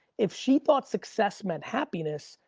if she thought success meant happiness,